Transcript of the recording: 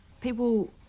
people